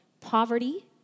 poverty